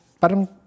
parang